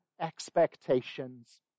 expectations